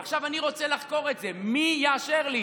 עכשיו אני רוצה לחקור את זה, מי יאשר לי?